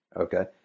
Okay